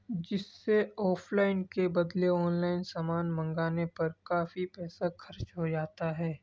جس سے آفلائن کے بدلے آنلائن سامان منگانے پر کافی پیسہ خرچ ہو جاتا ہے